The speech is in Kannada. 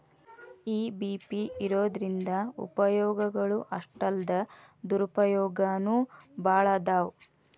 ಇ.ಬಿ.ಪಿ ಇರೊದ್ರಿಂದಾ ಉಪಯೊಗಗಳು ಅಷ್ಟಾಲ್ದ ದುರುಪಯೊಗನೂ ಭಾಳದಾವ್